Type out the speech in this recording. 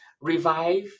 revive